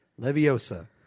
Leviosa